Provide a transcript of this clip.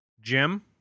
Jim